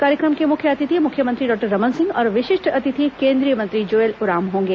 कार्यक्रम के मुख्य अतिथि मुख्यमंत्री डॉक्टर रमन सिंह और विशिष्ट अतिथि केंद्रीय मंत्री जुएल ओराम होंगे